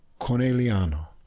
Corneliano